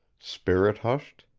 spirit-hushed,